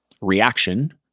reaction